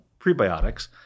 prebiotics